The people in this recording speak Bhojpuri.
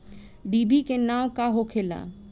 डिभी के नाव का होखेला?